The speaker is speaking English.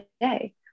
day